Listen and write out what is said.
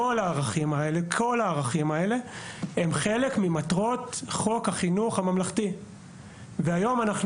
כל הערכים האלה הם חלק ממטרות חוק החינוך הממלכתי והיום אנחנו